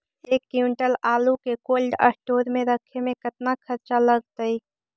एक क्विंटल आलू के कोल्ड अस्टोर मे रखे मे केतना खरचा लगतइ?